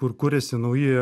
kur kuriasi nauji